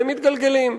והם מתגלגלים.